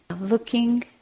looking